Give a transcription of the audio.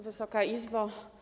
Wysoka Izbo!